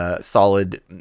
solid